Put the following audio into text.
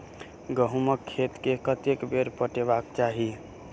गहुंमक खेत केँ कतेक बेर पटेबाक चाहि?